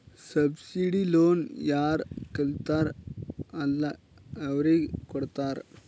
subsidised loan ಯಾರ್ ಕಲಿತಾರ್ ಅಲ್ಲಾ ಅವ್ರಿಗ ಕೊಡ್ತಾರ್